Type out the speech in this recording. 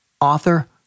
author